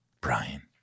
Brian